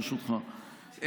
ברשותך,